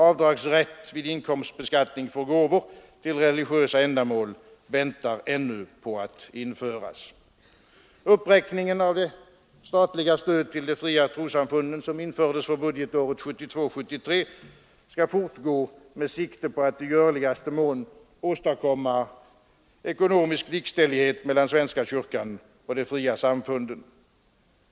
Avdragsrätt vid inkomstbeskattningen för gåvor till religiösa ändamål väntar ännu på att införas. Uppräkningen av det statliga stödet till de fria trossamfunden som infördes budgetåret 1972/73 skall fortgå med sikte på att i görligaste mån åstadkomma ekonomisk likställighet mellan svenska kyrkan och de fria samfunden.